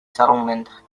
settlement